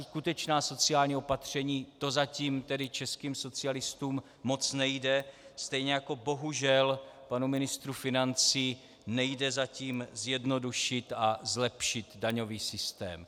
Skutečná sociální opatření, to zatím českým socialistům moc nejde, stejně jako bohužel panu ministru financí nejde zatím zjednodušit a zlepšit daňový systém.